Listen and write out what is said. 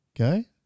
Okay